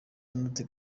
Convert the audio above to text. donald